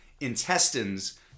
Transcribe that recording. intestines